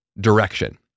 direction